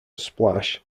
splash